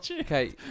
Okay